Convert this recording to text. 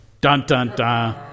Dun-dun-dun